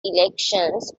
elections